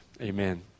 Amen